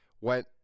went